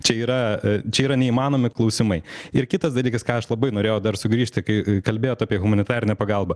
čia yra čia yra neįmanomi klausimai ir kitas dalykas ką aš labai norėjau dar sugrįžti kai kalbėjot apie humanitarinę pagalbą